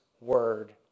word